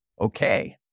Okay